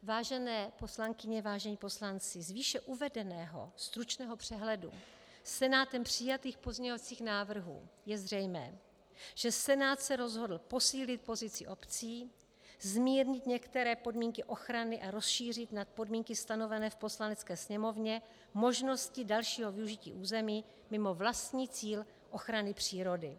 Vážené poslankyně, vážení poslanci, z výše uvedeného stručného přehledu Senátem přijatých pozměňovacích návrhů je zřejmé, že Senát se rozhodl posílit pozici obcí, zmírnit některé podmínky ochrany a rozšířit nad podmínky stanovené v Poslanecké sněmovně možnosti dalšího využití území mimo vlastní cíl ochrany přírody.